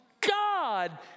God